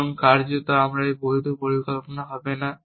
এবং কার্যত এটি আর একটি বৈধ পরিকল্পনা হবে না